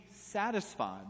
satisfied